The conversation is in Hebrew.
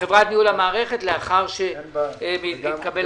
המערכת לאחר שהתקבל הכסף.